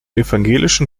evangelischen